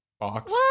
box